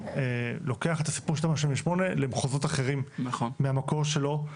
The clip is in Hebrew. לוקח את הסיפור של תמ"א 38 למחוזות אחרים מהמקור שלו.